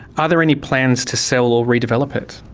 are there any plans to sell or redevelop it?